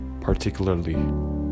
particularly